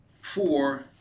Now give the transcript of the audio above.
four